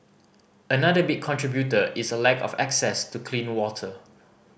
another big contributor is a lack of access to clean water